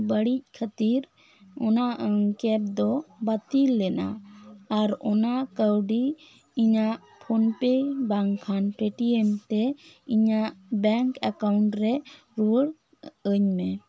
ᱵᱟᱹᱲᱤᱡ ᱠᱷᱟᱹᱛᱤᱨ ᱚᱱᱟ ᱠᱮᱯ ᱫᱚ ᱵᱟᱹᱛᱤᱞ ᱞᱮᱱᱟ ᱟᱨ ᱚᱱᱟ ᱠᱟᱹᱣᱰᱤ ᱤᱧᱟᱹᱜ ᱯᱷᱚᱱ ᱯᱮ ᱵᱟᱝ ᱠᱷᱟᱱ ᱯᱮᱴᱤᱮᱢ ᱛᱮ ᱤᱧᱟ ᱜ ᱵᱮᱝᱠ ᱮᱠᱟᱣᱩᱱᱴ ᱨᱮ ᱨᱩᱣᱟᱹᱲ ᱟ ᱧ ᱢᱮ